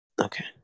Okay